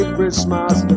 Christmas